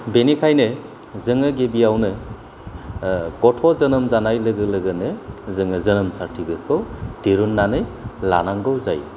बेनिखायनो जोङो गिबियावनो गथ' जोनोम जानाय लोगो लोगोनो जोङो जोनोम सार्टिफिकेट खौ दिरुननानै लानांगौ जायो